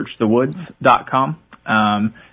searchthewoods.com